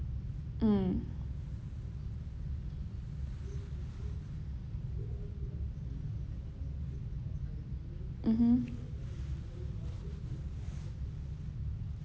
mm mmhmm